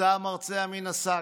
יצא המרצע מן השק,